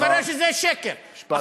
התברר שזה שקר, משפט אחרון.